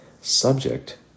Subject